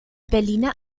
berliner